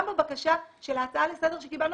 גם בבקשה של ההצעה לסדר-היום שקיבלנו